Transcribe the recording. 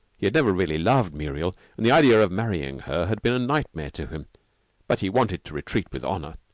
he had never really loved muriel, and the idea of marrying her had been a nightmare to him but he wanted to retreat with honor.